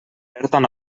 bertan